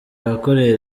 yakoreye